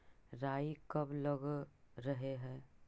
राई कब लग रहे है?